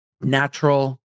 natural